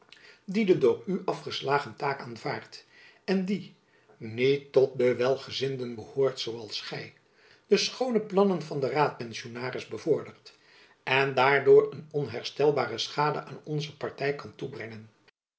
die de door u afgeslagen taak aanvaardt en die niet tot de welgezinden behoorende zoo als gy de schoone plannen van den raadpensionaris bevordert en daardoor een onherstelbare schade aan onze party kan toebrengen